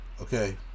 okay